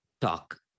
talk